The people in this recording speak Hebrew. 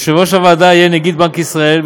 יושב-ראש הוועדה יהיה נגיד בנק ישראל,